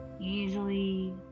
Easily